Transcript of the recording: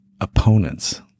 opponents